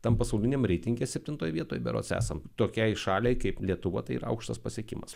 tam pasauliniam reitinge septintoj vietoj berods esam tokiai šaliai kaip lietuva tai yra aukštas pasiekimas